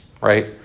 Right